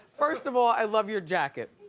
first of all, i love your jacket.